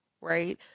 right